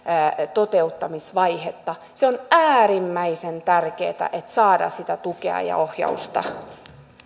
toteuttamisvaihetta se on äärimmäisen tärkeätä että saadaan sitä tukea ja ohjausta